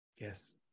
Yes